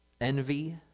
envy